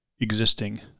existing